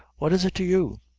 what is it to you?